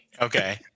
Okay